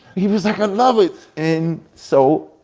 he was like, i love it. and so,